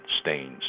stains